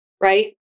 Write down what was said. right